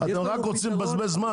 אתם רק רוצים לבזבז זמן.